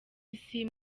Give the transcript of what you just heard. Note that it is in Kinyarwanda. isi